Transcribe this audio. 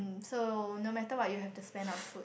so no matter what you have to spend on food